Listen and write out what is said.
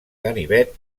ganivet